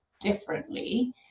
differently